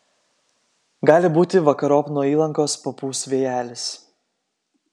gali būti vakarop nuo įlankos papūs vėjelis